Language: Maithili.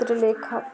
लेखक